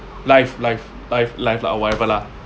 life life life life ah whatever lah